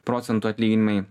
procentų atlyginimai